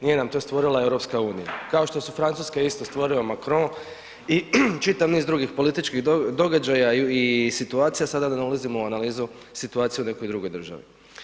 Nije nam to stvorila EU, kao što su Francuske isto je stvorio Macron i čitav niz drugih političkih događaja i situacija, sada da ne ulazimo u analizu situacija u nekoj drugoj državi.